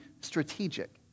strategic